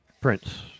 Prince